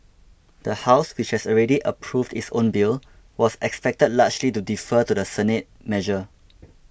the House which has already approved its own bill was expected largely to defer to the Senate measure